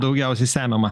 daugiausiai semiama